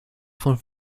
von